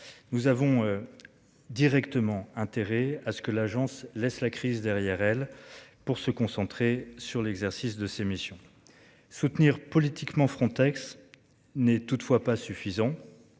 Nous avons. Directement intérêt à ce que l'Agence laisse la crise derrière elle pour se concentrer sur l'exercice de ses missions soutenir politiquement Frontex n'est toutefois pas suffisant.